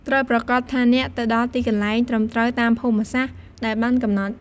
ត្រូវប្រាកដថាអ្នកទៅដល់ទីកន្លែងត្រឹមត្រូវតាមភូមិសាស្រ្តដែលបានកំណត់។